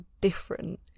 different